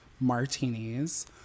martinis